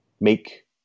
make